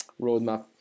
roadmap